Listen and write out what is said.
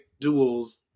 duels